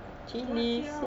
is 辣椒